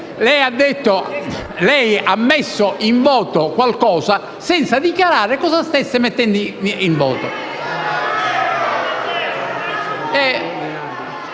lei ha messo in votazione qualcosa senza dichiarare cosa stesse mettendo ai voti.